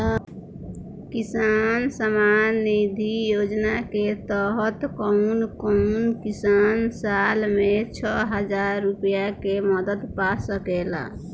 किसान सम्मान निधि योजना के तहत कउन कउन किसान साल में छह हजार रूपया के मदद पा सकेला?